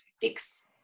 fix